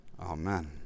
Amen